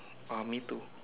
oh me too